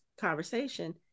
conversation